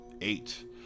Eight